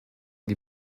die